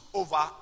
over